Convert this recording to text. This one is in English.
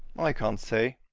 i can't say.